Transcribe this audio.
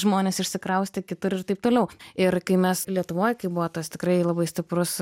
žmonės išsikraustė kitur ir taip toliau ir kai mes lietuvoj kai buvo tas tikrai labai stiprus